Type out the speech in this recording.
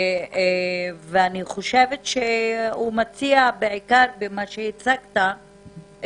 אני חושבת שבעיקר במה שהצגת הוא מציע גם